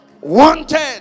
wanted